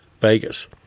Vegas